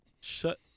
Shut